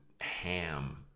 ham